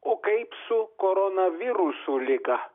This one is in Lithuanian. o kaip su koronavirusų liga